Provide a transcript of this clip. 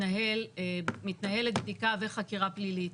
שמתנהלת בו בדיקה וחקירה פלילית.